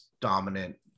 dominant